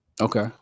Okay